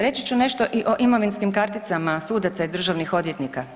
Reći ću nešto i o imovinskim karticama sudaca i državnih odvjetnika.